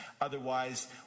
otherwise